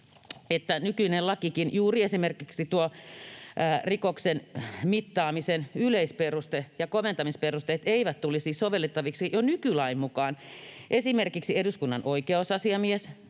etteivätkö juuri esimerkiksi tuo rikoksen mittaamisen yleisperuste ja koventamisperusteet tulisi sovellettaviksi jo nykylain mukaan. Esimerkiksi eduskunnan oikeusasiamies